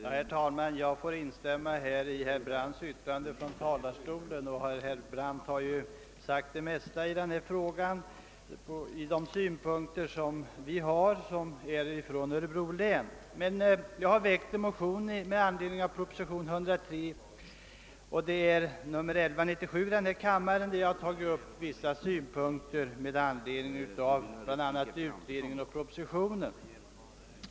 Herr talman! Jag får instämma i herr Brandts anförande från talarstolen. Han har ju sagt det mesta i denna fråga och framfört de synpunkter som vi som är från Örebro län anlägger på frågan. Jag har emellertid väckt en motion, 1I: 97, med anledning av propositionen nr 103, där jag tagit upp vissa synpunkter i anslutning till bl.a. utredningen och propositionen.